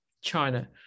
China